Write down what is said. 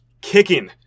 Kicking